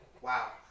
Wow